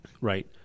Right